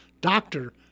Doctor